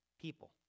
people